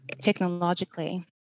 technologically